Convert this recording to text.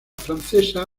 francesa